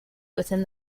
within